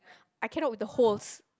I came out with the host